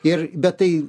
ir bet tai